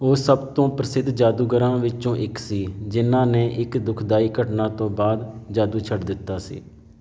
ਉਹ ਸਭ ਤੋਂ ਪ੍ਰਸਿੱਧ ਜਾਦੂਗਰਾਂ ਵਿੱਚੋਂ ਇੱਕ ਸੀ ਜਿਨ੍ਹਾਂ ਨੇ ਇੱਕ ਦੁਖਦਾਈ ਘਟਨਾ ਤੋਂ ਬਾਅਦ ਜਾਦੂ ਛੱਡ ਦਿੱਤਾ ਸੀ